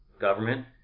government